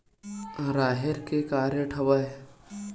राहेर के का रेट हवय?